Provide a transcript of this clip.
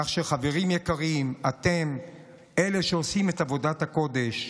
חברים יקרים, אתם אלה שעושים את עבודת הקודש,